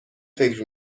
فکر